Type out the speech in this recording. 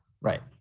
right